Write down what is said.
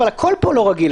אבל הכול פה לא רגיל.